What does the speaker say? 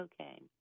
Okay